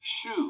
Shoe